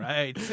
Right